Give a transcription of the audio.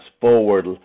forward